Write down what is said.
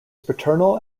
paternal